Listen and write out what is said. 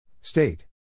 state